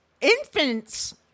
infants